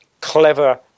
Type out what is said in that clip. clever